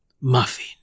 Muffin